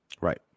Right